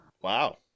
Wow